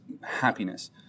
happiness